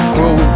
Grow